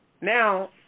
now